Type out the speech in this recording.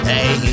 Hey